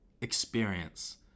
experience